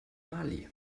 mali